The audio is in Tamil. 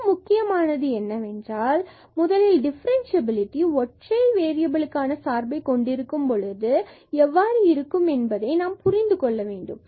மிகவும் முக்கியமானது என்னவென்றால் முதலில் டிஃபரன்ஸ்சியபிலிடி ஒற்றை வேறியபிளுக்கான சார்பு கொண்டிருக்கும் பொழுது எவ்வாறு இருக்கும் என்பதை நாம் புரிந்து கொள்ள வேண்டும்